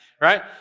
right